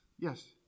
Yes